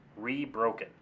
rebroken